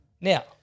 Now